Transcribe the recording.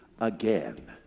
again